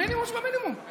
המינימום שבמינימום.